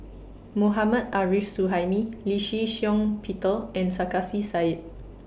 Mohammad Arif Suhaimi Lee Shih Shiong Peter and Sarkasi Said